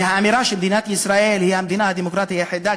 והאמירה שמדינת ישראל היא המדינה הדמוקרטית היחידה,